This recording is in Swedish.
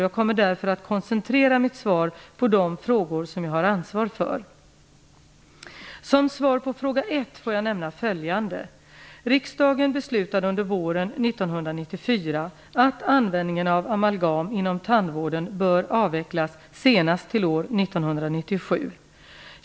Jag kommer därför att koncentrera mitt svar på de frågor som jag har ansvar för. Som svar på fråga ett får jag nämna följande. Riksdagen beslutade under våren 1994 att användningen av amalgam inom tandvården bör avvecklas senast till år 1997.